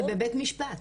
זה בבית משפט.